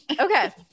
Okay